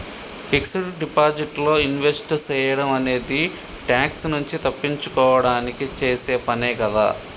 fixed deposit లో invest సేయడం అనేది ట్యాక్స్ నుంచి తప్పించుకోడానికి చేసే పనే కదా